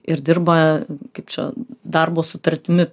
ir dirba kaip čia darbo sutartimi